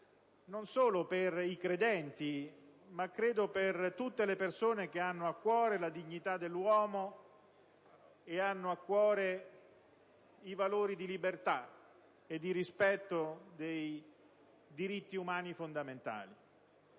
non solo per i credenti, ma, ritengo, per tutte le persone che hanno a cuore la dignità dell'uomo ed i valori di libertà e di rispetto dei diritti umani fondamentali,